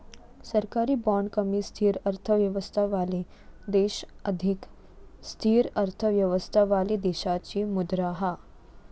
सरकारी बाँड कमी स्थिर अर्थव्यवस्थावाले देश अधिक स्थिर अर्थव्यवस्थावाले देशाची मुद्रा हा